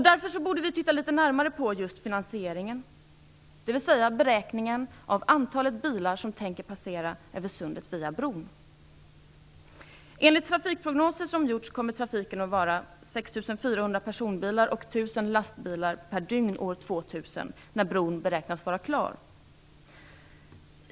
Därför borde vi titta litet närmare på finansieringen, dvs. beräkningen av antalet bilar som kan tänkas passera över sundet via bron. Enligt de trafikprognoser som gjorts kommer trafiken att omfatta 6 400 personbilar och 1 000 lastbilar per dygn år 2000 när bron beräknas vara klar.